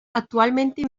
actualmente